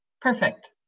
Perfect